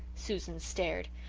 susan stared.